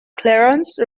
clearance